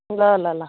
ल ल ल